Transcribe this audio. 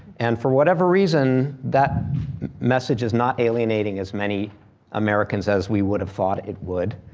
and for whatever reason that message is not alienating as many americans as we would have thought it would.